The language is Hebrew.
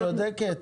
את צודקת,